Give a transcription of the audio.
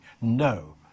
no